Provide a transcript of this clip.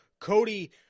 Cody